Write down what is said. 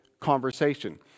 conversation